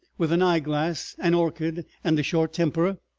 with an eyeglass, an orchid, and a short temper,